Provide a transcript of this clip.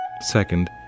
Second